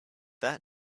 that